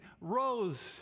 rose